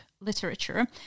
Literature